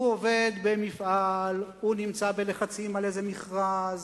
הוא עובד במפעל, הוא נמצא בלחצים על איזה מכרז,